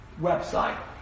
website